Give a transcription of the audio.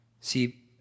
See